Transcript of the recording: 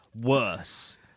worse